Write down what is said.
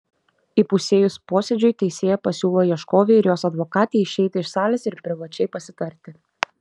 įpusėjus posėdžiui teisėja pasiūlo ieškovei ir jos advokatei išeiti iš salės ir privačiai pasitarti